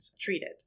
treated